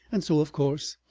and so, of course,